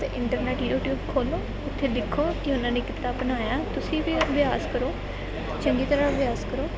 ਅਤੇ internet YouTube ਖੋਲ੍ਹੋ ਉੱਥੇ ਦੇਖੋ ਕਿ ਉਹਨਾਂ ਨੇ ਕਿੱਦਾਂ ਬਣਾਇਆ ਤੁਸੀਂ ਵੀ ਅਭਿਆਸ ਕਰੋ ਚੰਗੀ ਤਰ੍ਹਾਂ ਅਭਿਆਸ ਕਰੋ